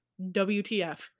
wtf